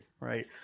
right